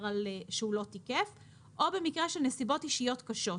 שהוא לא תיקף או במקרה של נסיבות אישיות קשות.